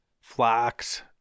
flax